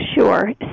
Sure